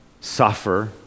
suffer